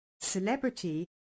celebrity